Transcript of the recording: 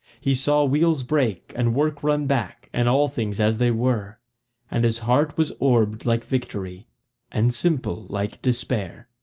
he saw wheels break and work run back and all things as they were and his heart was orbed like victory and simple like despair.